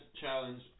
challenge